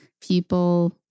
people